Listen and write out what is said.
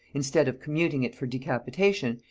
instead of commuting it for decapitation,